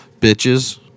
bitches